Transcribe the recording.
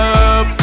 up